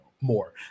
More